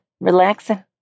Relaxing